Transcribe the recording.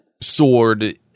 sword